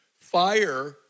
Fire